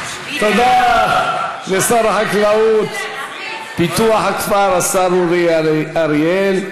תודה לשר החקלאות ופיתוח הכפר אורי אריאל.